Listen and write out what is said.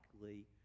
likely